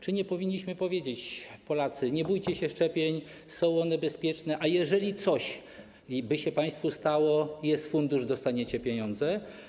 Czy nie powinniśmy powiedzieć: Polacy, nie bójcie się szczepień, one są bezpieczne, a jeżeli coś by się państwu stało, to jest fundusz, dostaniecie pieniądze.